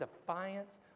defiance